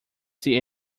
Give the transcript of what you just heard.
see